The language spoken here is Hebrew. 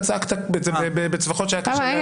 כי אתה צעקת את זה בצווחות שהיה קשה לא לשמוע.